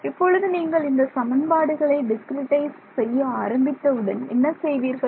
இப்பொழுது நீங்கள் இந்த சமன்பாடுகளை டிஸ்கிரிட்டைஸ் செய்ய ஆரம்பித்தவுடன் என்ன செய்வீர்கள்